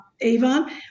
Avon